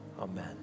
Amen